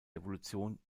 evolution